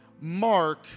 Mark